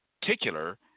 Particular